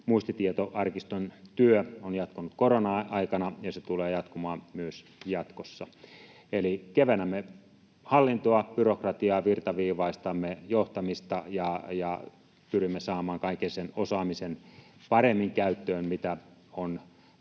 muistitietoarkiston työ on jatkunut korona-aikana ja tulee jatkumaan myös jatkossa. Eli kevennämme hallintoa ja byrokratiaa, virtaviivaistamme johtamista ja pyrimme saamaan kaiken sen osaamisen paremmin käyttöön, mitä on